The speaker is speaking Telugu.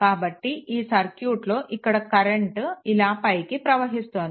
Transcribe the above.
కాబట్టి ఈ సర్క్యూట్లో ఇక్కడ కరెంట్ ఇలా పైకి ప్రవహిస్తోంది